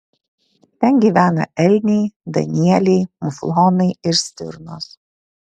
ten gyvena elniai danieliai muflonai ir stirnos